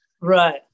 Right